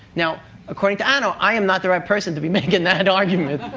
now according to anna, i am not the right person to be making that and argument.